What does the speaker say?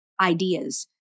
ideas